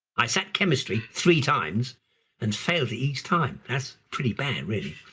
i sat chemistry three times and failed each time. that's pretty bad really.